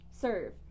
serve